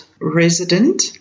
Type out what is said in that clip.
resident